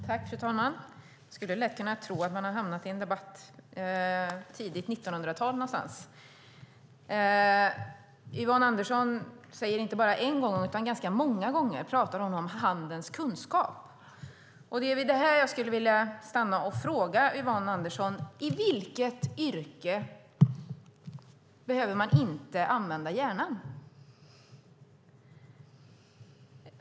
Fru talman! Man skulle lätt kunna tro att man hamnat i en debatt från tidigt 1900-tal. Yvonne Andersson nämner inte bara en gång utan ganska många gånger handens kunskap. Jag skulle vilja fråga Yvonne Andersson i vilket yrke man inte behöver använda hjärnan.